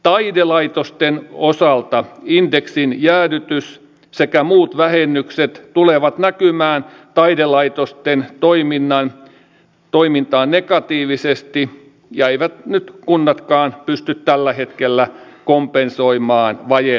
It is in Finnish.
taidelaitosten osalta indeksin jäädytys sekä muut vähennykset tulevat näkymään taidelaitosten toiminnassa negatiivisesti ja eivät nyt kunnatkaan pysty tällä hetkellä kompensoimaan vajetta